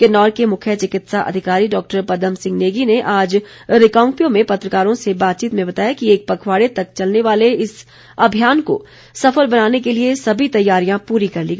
किन्नौर के मुख्य चिकित्सा अधिकारी डॉ पदम सिंह नेगी ने आज रिकांगपिओ में पत्रकारों से बातचीत में बताया कि एक पखवाड़े तक चलने वाले इस अभियान को सफल बनाने के लिए सभी तैयारियां पूरी कर ली गई है